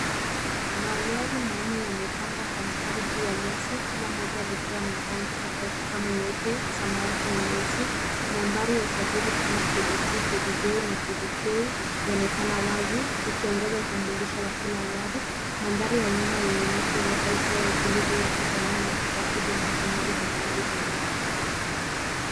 Magari manne yamepangwa kwa mstari juu ya nyasi kila moja likiwa na rangi tofauti kama nyeupe, samawati na nyeusi. Nambari ya usajili kama KDT, KDJ na KDK, huonekana wazi zikiongeza utambulisho wa kila gari. Magari ya nyuma yenye miti huleta hisia ya utulivu wa kijamii na ukikatibu wa matumizi ya magari binafsi.